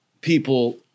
people